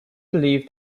believe